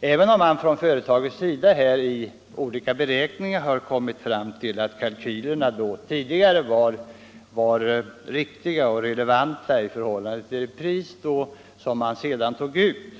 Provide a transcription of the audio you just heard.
även om man 45 från företagets sida i olika beräkningar kommit fram till att kalkylerna tidigare var riktiga och relevanta i förhållande till det pris som man tog ut.